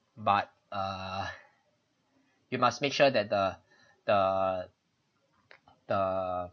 but err you must make sure that the the the